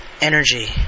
energy